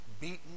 beaten